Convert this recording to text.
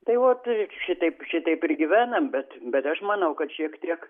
tai va šitaip šitaip ir gyvenam bet bet aš manau kad šiek tiek